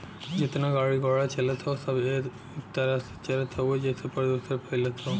जेतना गाड़ी घोड़ा चलत हौ सब त एही से चलत हउवे जेसे प्रदुषण फइलत हौ